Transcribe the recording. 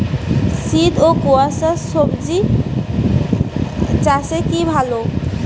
শীত ও কুয়াশা স্বজি চাষে কি ভালো?